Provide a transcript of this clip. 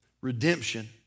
redemption